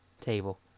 table